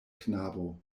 knabo